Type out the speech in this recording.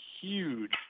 huge